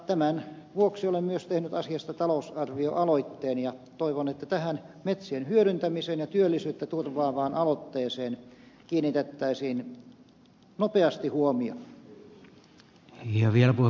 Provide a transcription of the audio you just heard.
tämän vuoksi olen myös tehnyt asiasta talousarvioaloitteen ja toivon että tähän metsien hyödyntämiseen ja työllisyyttä turvaavaan aloitteeseen kiinnitettäisiin nopeasti huomio